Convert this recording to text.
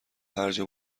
هرجا